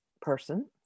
person